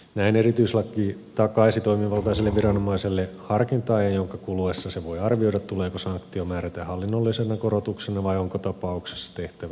näin erityislaki takaisi toimivaltaiselle viranomaiselle harkinta ajan jonka kuluessa se voi arvioida tuleeko sanktio määrätä hallinnollisena korotuksena vai onko tapauksesta tehtävä rikosilmoitus